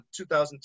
2002